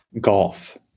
golf